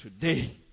today